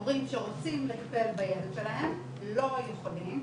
הורים שרוצים לטפל בילד שלהם לא יכולים,